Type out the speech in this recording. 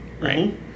right